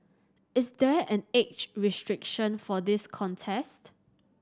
is there an age restriction for this contest